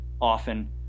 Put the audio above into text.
often